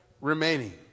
remaining